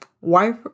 wife